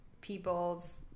people's